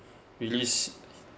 release